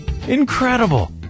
Incredible